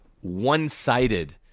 one-sided